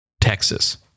Texas